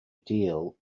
deal